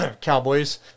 Cowboys